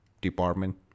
department